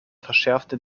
verschärfte